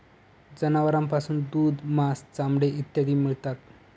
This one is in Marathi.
जनावरांपासून दूध, मांस, चामडे इत्यादी मिळतात